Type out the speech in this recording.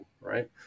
right